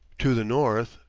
to the north,